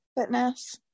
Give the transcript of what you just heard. Fitness